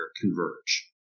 converge